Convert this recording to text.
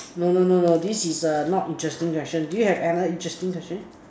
no no no no this is a not interesting question do you have another interesting question